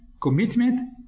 commitment